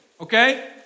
okay